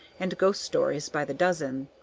and ghost-stories by the dozen.